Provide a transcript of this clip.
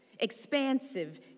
expansive